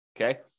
okay